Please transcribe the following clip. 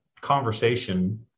conversation